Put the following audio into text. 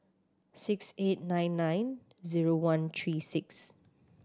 six eight nine nine zero one three six